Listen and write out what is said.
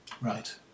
Right